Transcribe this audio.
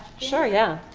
sure, yeah.